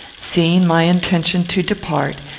seeing my intention to depart,